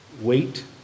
wait